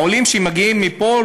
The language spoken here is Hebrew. העולים שמגיעים לפה,